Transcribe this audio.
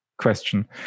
Question